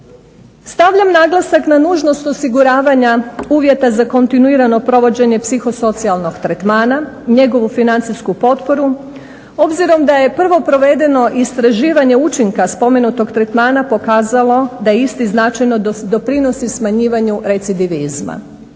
Stavljam naglasak na nužnost osiguravanja uvjeta za kontinuirano provođenje psihosocijalnog tretmana, njegovu financijsku potporu obzirom da je prvo provedeno istraživanje učinka spomenutog tretmana pokazalo da je isti značajno doprinosi smanjivanju recidivizma,